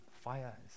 fire